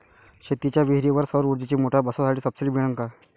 शेतीच्या विहीरीवर सौर ऊर्जेची मोटार बसवासाठी सबसीडी मिळन का?